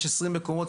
יש 20 מקומות,